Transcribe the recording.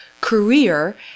career